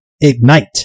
ignite